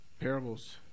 Parables